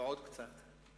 ועוד קצת,